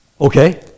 Okay